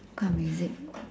kind of music